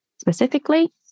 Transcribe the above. specifically